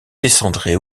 descendrait